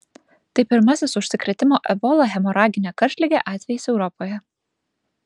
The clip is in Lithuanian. tai pirmasis užsikrėtimo ebola hemoragine karštlige atvejis europoje